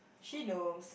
she knows